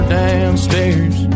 downstairs